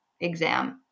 exam